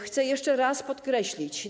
Chcę jeszcze raz podkreślić.